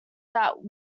that